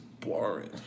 boring